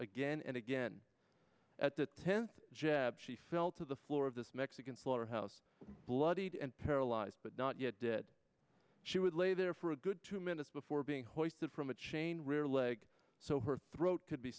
again and again at the tenth jab she fell to the floor of the again slaughterhouse bloodied and paralyzed but not yet dead she would lay there for a good two minutes before being hoisted from a chain rear leg so her throat